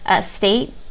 state